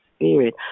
spirit